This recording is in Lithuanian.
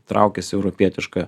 traukiasi europietiška